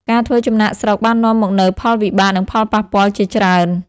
ការធ្វើចំណាកស្រុកបាននាំមកនូវផលវិបាកនិងផលប៉ះពាល់ជាច្រើន។